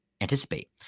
anticipate